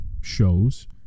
shows